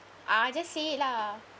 ah just it say lah